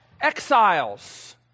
exiles